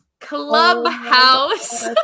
clubhouse